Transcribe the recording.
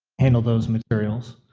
handle those materials,